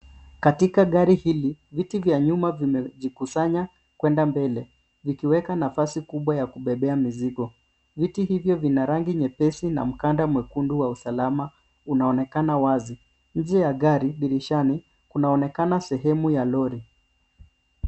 Katika gari hili, viti vya nyuma vimejikusanya kwenda mbele vikiweka nafasi kubwa ya kubebea mizigo. Viti hivyo vina rangi nyepesi na mkanda mwekundu wa usalama unaonekana wazi. Nje ya gari, dirishani kunaonekana sehemu ya lori.